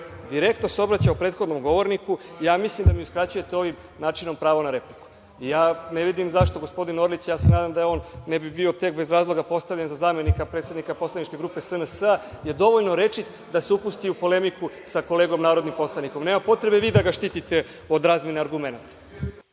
Direktno se obraćao prethodnom govorniku. Ja mislim da mi uskraćujete ovim načinom pravo na repliku. Ne vidim zašto gospodin Orlić, ja se nadam da on ne bi bio tek bez razloga postavljen za zamenika predsednika poslaničke grupe SNS i da je dovoljno rečit da se upusti u polemiku sa kolegom narodnim poslanikom. Nema potrebe vi da ga štitite od razmene argumenata.